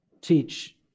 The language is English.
teach